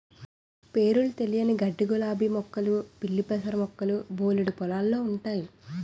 పేరులు తెలియని గడ్డిగులాబీ మొక్కలు పిల్లిపెసర మొక్కలు బోలెడు పొలాల్లో ఉంటయి